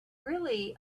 really